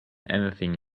anything